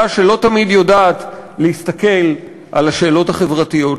שלא תמיד יודעת להסתכל על השאלות החברתיות,